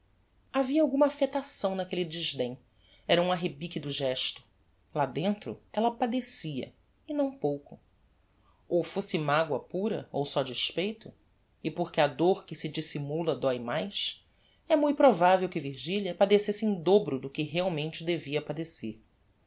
havia alguma affectação naquelle desdem era um arrebique do gesto lá dentro ella padecia e não pouco ou fosse magua pura ou só despeito e porque a dor que se dissimula dóe mais é mui provável que virgilia padecesse em dobro do que realmente devia padecer